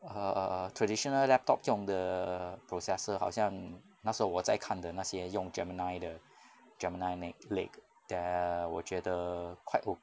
err traditional laptop 用的 processor 好像那时候我在看的那些用 gemini 的 gemini la~ lake 的我觉得 quite o~